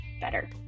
better